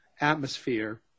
atmosphere